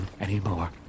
anymore